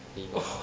!whoa!